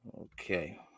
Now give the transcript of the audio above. Okay